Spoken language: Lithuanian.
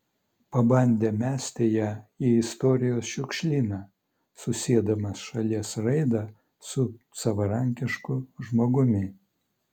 pabandė mesti ją į istorijos šiukšlyną susiedamas šalies raidą su savarankišku žmogumi